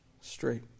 straight